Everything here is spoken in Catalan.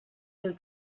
mil